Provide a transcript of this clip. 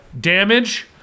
Damage